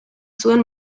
zuen